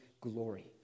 glory